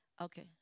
Okay